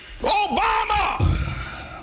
Obama